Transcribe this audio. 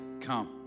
come